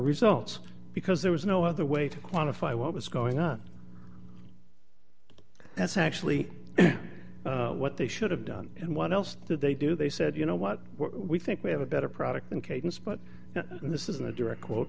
results because there was no other way to quantify what was going on that's actually what they should have done and what else did they do they said you know what we think we have a better product and cadence but this isn't a direct quote